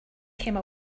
came